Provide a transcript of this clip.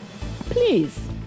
Please